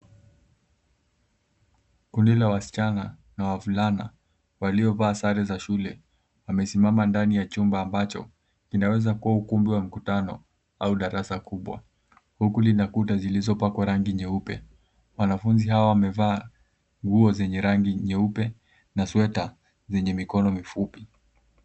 Kundi la wasichana na wavulana waliovaa sare za shule wamesimama ndani ya jumba ambacho kinaweza kuwa ukumbi wa mkutano au darasa kubwa huku lina ukuta zilizo pakwa rangi nyeupe. Wanafunzi hawa wamevaa nguo zenye rangi nyeupe na sweta zenye mikono mfupi.